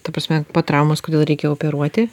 ta prasme po traumos kodėl reikia operuoti